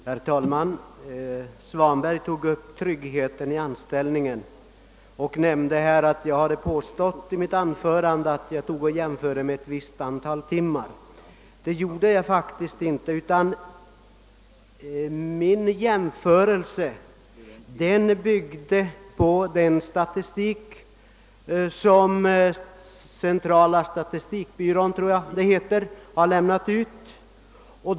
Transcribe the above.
Herr talman! Herr Svanberg tog upp frågan om tryggheten i anställningen och nämnde att jag i mitt anförande hade jämfört antalet timmar. Det gjorde jag faktiskt inte. Min jämförelse byggde på den statistik som statistiska centralbyrån har publicerat.